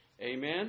Amen